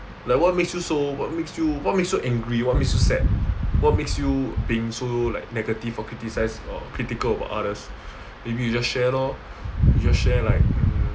like what makes you so what makes you what makes you angry what makes you sad what makes you been so like negative or criticise or critical about others maybe you just share lor you just share like mm